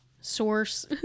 source